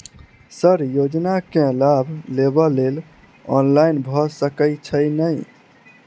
Sir योजना केँ लाभ लेबऽ लेल ऑनलाइन भऽ सकै छै नै?